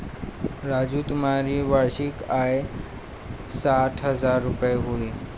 राजू तुम्हारी वार्षिक आय साठ हज़ार रूपय हुई